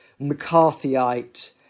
McCarthyite